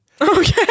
Okay